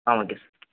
ah okay sir